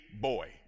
boy